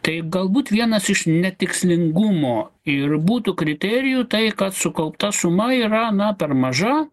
tai galbūt vienas iš netikslingumo ir būtų kriterijų tai kad sukaupta suma yra na per maža